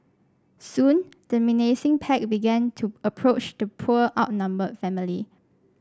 soon the menacing pack began to approach the poor outnumbered family